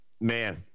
man